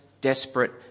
desperate